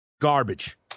Garbage